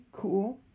Cool